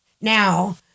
Now